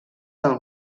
del